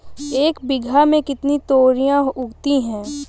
एक बीघा में कितनी तोरियां उगती हैं?